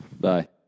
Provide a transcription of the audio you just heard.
Bye